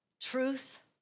truth